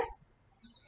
first